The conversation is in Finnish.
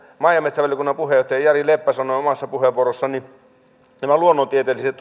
maa ja metsävaliokunnan puheenjohtaja jari leppä sanoi omassa puheenvuorossaan näistä luonnontieteellisistä